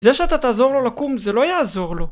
זה שאתה תעזור לו לקום זה לא יעזור לו